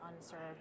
unserved